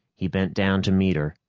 he bent down to meet her,